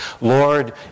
Lord